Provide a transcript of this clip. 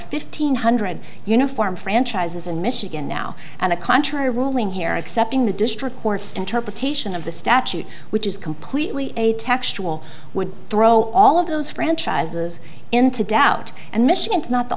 fifteen hundred uniform franchises in michigan now and a contrary ruling here accepting the district court's interpretation of the statute which is completely a textual would throw all of those franchises into doubt and michigan is not the